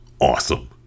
awesome